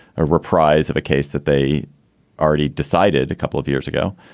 a reprise of a case that they already decided a couple of years ago.